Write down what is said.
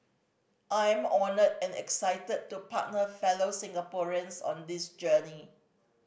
I am honoured and excited to partner fellow Singaporeans on this journey